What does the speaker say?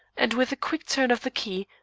and with a quick turn of the key,